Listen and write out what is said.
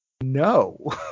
no